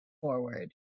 forward